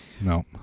No